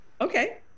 Okay